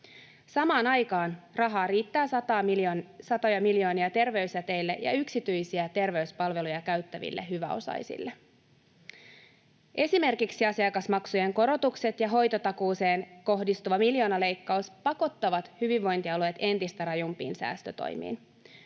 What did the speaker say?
Samaan aikaan rahaa riittää satoja miljoonia terveysjäteille ja yksityisiä terveyspalveluja käyttäville hyväosaisille. Esimerkiksi asiakasmaksujen korotukset ja hoitotakuuseen kohdistuva miljoonaleikkaus pakottavat hyvinvointialueet entistä rajumpiin säästötoimiin.